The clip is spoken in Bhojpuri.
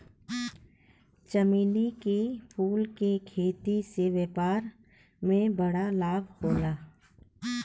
चमेली के फूल के खेती से व्यापार में बड़ा लाभ होला